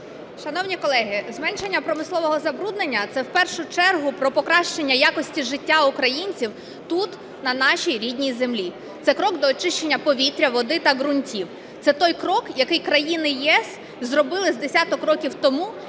Шановні колеги, зменшення промислового забруднення – це в першу чергу про покращення якості життя українців тут на нашій рідній землі. Це крок до очищення повітря, води та ґрунтів. Це той крок, який країни ЄС зробили з десяток років тому